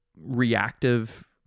reactive